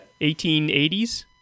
1880s